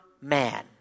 man